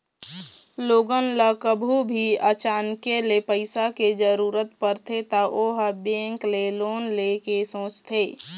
लोगन ल कभू भी अचानके ले पइसा के जरूरत परथे त ओ ह बेंक ले लोन ले के सोचथे